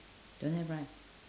don't have right